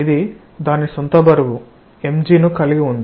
ఇది దాని స్వంత బరువు mg ను కలిగి ఉంది